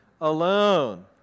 alone